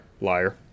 Liar